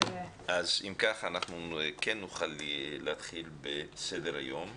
אם כך, אנחנו נוכל להתחיל בסדר-היום,